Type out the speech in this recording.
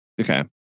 Okay